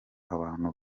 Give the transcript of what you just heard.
abantu